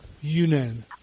Yunnan